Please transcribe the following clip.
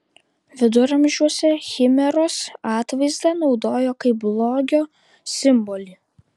viduramžiuose chimeros atvaizdą naudojo kaip blogio simbolį